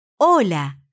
Hola